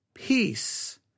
peace